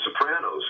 Sopranos*